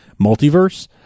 multiverse